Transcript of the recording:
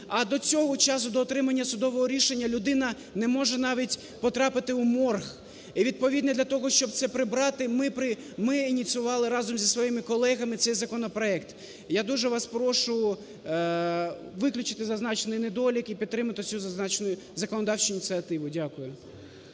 А до цього часу, до отримання судового рішення, людина не може навіть потрапити у морг. І, відповідно, для того, щоб це прибрати ми ініціювали разом зі своїми колегами цей законопроект. Я дуже вас прошу виключити зазначені недоліки і підтримати цю зазначену законодавчу ініціативу. Дякую.